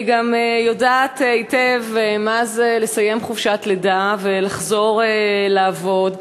אני גם יודעת היטב מה זה לסיים חופשת לידה ולחזור לעבוד,